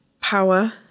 power